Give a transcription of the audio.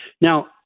Now